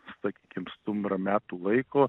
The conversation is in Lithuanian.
sakykim stumbram metų laiko